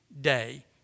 day